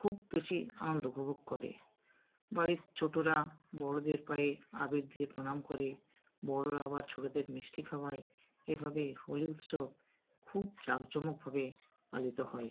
খুব বেশি আনন্দ উপভোগ করে বাড়ির ছোটরা বড়দের পায়ে আবির দিয়ে প্রণাম করে বড়রা আবার ছোটদের মিষ্টি খাওয়ায় এভাবে হোলি উৎসব খুব জাঁকজমকভাবে পালিত হয়